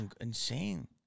insane